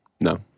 No